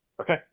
Okay